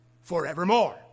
forevermore